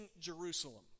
Jerusalem